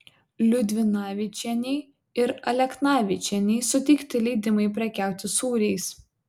liudvinavičienei ir aleknavičienei suteikti leidimai prekiauti sūriais